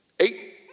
Eight